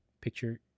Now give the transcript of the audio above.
picture